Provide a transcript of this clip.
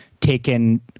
taken